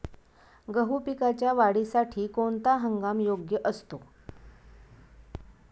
गहू पिकाच्या वाढीसाठी कोणता हंगाम योग्य असतो?